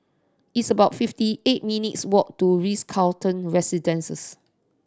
it's about fifty eight minutes' walk to Ritz Carlton Residences